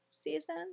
season